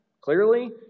Clearly